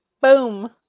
Boom